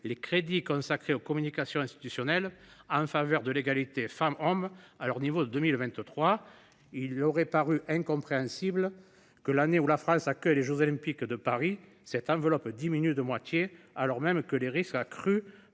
les crédits consacrés aux communications institutionnelles en faveur de l’égalité femmes hommes à leur niveau de 2023. Il aurait paru incompréhensible que, l’année où la France accueille les jeux Olympiques, cette enveloppe diminue de moitié, alors même que les risques accrus